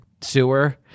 sewer